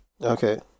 Okay